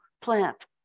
plant